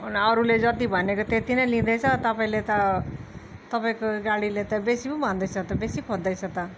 अरूले जति भनेको त्यति नै लिँदैछ तपाईँले त तपाईँको गाडीले त बेसी पो भन्दैछ त बेसी खोज्दैछ